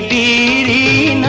a